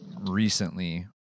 recently